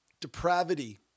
depravity